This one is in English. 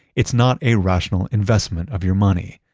it's not a rational investment of your money.